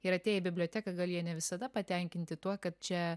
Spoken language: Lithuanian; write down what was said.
ir atėję į biblioteką gal jie ne visada patenkinti tuo kad čia